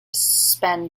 spend